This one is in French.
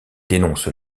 dénonce